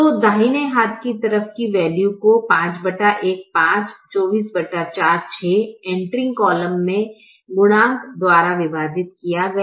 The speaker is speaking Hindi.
तो दाहिने हाथ की तरफ की वैल्यू को 51 5 244 6 एण्टरिंग कॉलम में गुणांक द्वारा विभाजित किया गया